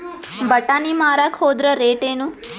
ಬಟಾನಿ ಮಾರಾಕ್ ಹೋದರ ರೇಟೇನು?